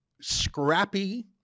scrappy